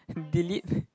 delete